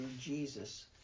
Jesus